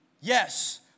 Yes